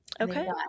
Okay